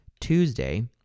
Tuesday